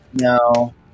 No